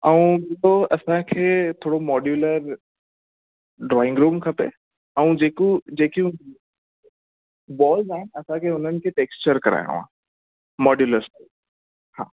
ऐं पोइ असांखे थोरो मॉड्यूलर ड्रॉइंगरुम खपे ऐं जेको जेकियूं वॉल्स आहिनि असांखे उन्हनि खे टैक्सचर कराइणो आहे मॉड्यूलर स्टाइल हा